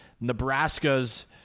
Nebraska's